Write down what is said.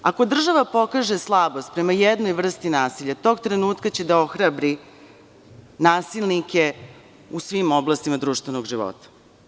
Ako država pokaže slabost prema jednoj vrsti nasilja, tog trenutka će da ohrabri nasilnike u svim oblastima društvenog života.